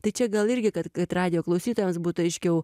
tai čia gal irgi kad kad radijo klausytojams būtų aiškiau